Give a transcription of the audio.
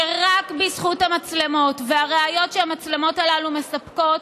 שרק בזכות המצלמות והראיות שהמצלמות הללו מספקות